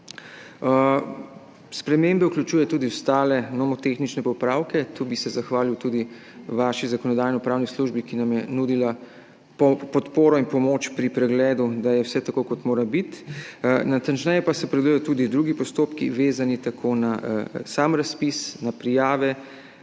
Spremembe vključuje tudi ostale nomotehnične popravke. Tu bi se zahvalil tudi vaši Zakonodajno-pravni službi, ki nam je nudila podporo in pomoč pri pregledu, da je vse tako, kot mora biti. Natančneje pa se pregledujejo tudi drugi postopki, vezani tako na sam razpis, na prijave,